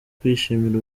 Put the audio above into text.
kwishimira